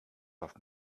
das